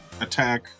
attack